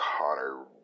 Connor